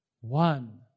one